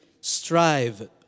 Strive